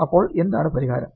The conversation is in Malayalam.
അപ്പോൾ എന്താണ് പരിഹാരം